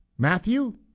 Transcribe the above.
Matthew